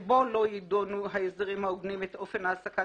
שבו לא יידונו ההסדרים ההוגנים את אופן העסקת